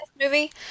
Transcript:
movie